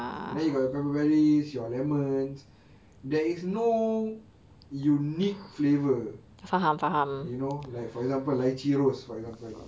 and then you got your pepperberries your lemons there is no unique flavor you know like for example lychee rose for example